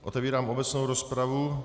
Otevírám obecnou rozpravu.